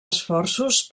esforços